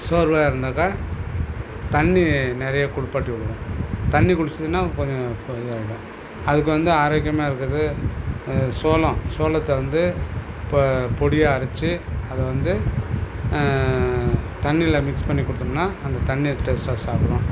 சோர்வாக இருந்தாக்கா தண்ணி நிறையா குழுப்பாட்டி விடுவோம் தண்ணி குடிச்சிதுன்னா கொஞ்சம் இதாயிடும் அதுக்கு வந்து ஆரோக்கியமா இருக்குறது சோளம் சோளத்தை வந்து இப்போ பொடியாக அரைச்சு அதை வந்து தண்ணியில மிக்ஸ் பண்ணி கொடுத்தம்ன்னா அந்த தண்ணியை டேஸ்ட்டாக சாப்பிடும்